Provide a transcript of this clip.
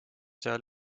seal